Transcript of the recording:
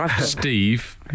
Steve